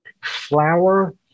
flour